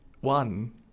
one